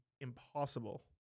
impossible